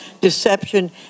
deception